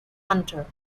hunter